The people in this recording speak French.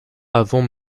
avant